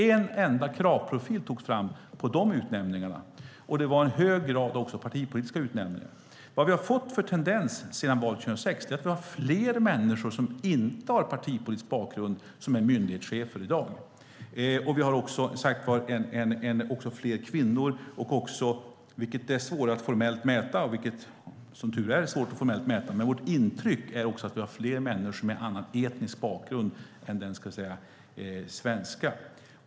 En enda kravprofil togs fram på de utnämningarna. Det var en hög grad av partipolitiska utnämningar. Tendensen sedan valet 2006 är att det är fler människor som inte har partipolitisk bakgrund som är myndighetschefer. Det är också fler kvinnor. Det är svårt att formellt mäta, men vårt intryck är att det är fler människor med annan etnisk bakgrund än den svenska.